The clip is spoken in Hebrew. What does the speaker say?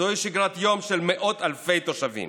זוהי שגרת יום של מאות אלפי תושבים.